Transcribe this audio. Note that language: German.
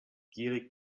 gierig